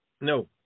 No